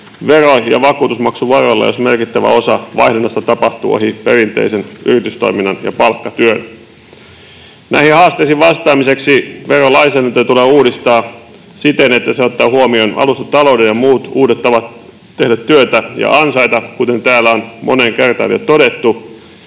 vero- ja vakuutusmaksuvaroilla, jos merkittävä osa vaihdannasta tapahtuu ohi perinteisen yritystoiminnan ja palkkatyön. Näihin haasteisiin vastaamiseksi verolainsäädäntöä tulee uudistaa siten, että se ottaa huomioon alustatalouden ja muut uudet tavat tehdä työtä ja ansaita, kuten täällä on moneen kertaan jo todettu.